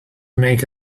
make